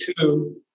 two